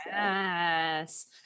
Yes